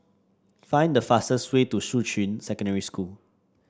find the fastest way to Shuqun Secondary School